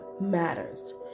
matters